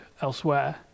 elsewhere